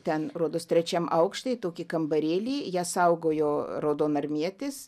ten rodos trečiam aukšte į tokį kambarėlį ją saugojo raudonarmietis